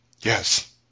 Yes